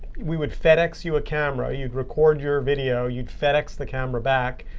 we would fedex you a camera. you'd record your video. you'd fedex the camera back.